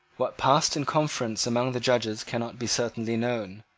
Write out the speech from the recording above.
what passed in conference among the judges cannot be certainly known.